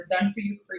done-for-you